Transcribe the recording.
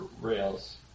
Rails